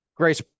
Grace